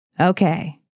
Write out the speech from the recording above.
Okay